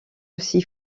aussi